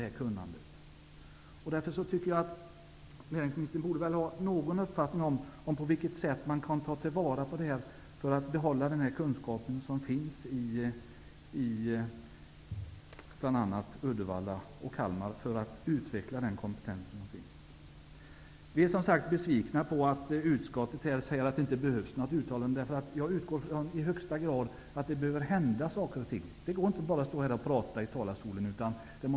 Näringsministern borde väl ha någon uppfattning om på vilket sätt kunskapen som finns i bl.a. Uddevalla och Kalmar skall behållas för att kunna utveckla den kompetens som finns. Vi är besvikna på att utskottet anser att det inte behövs något uttalande. Jag utgår från att det behöver hända saker och ting. Det går inte att bara stå här i talarstolen och prata.